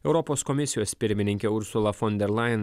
europos komisijos pirmininkė ursula fon der lajen